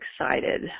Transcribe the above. excited